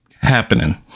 happening